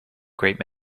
great